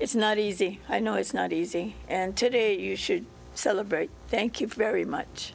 it's not easy i know it's not easy and today you should celebrate thank you very much